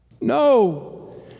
No